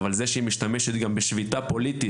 אבל זה שהיא משתמשת גם בשביתה פוליטית